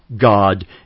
God